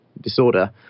disorder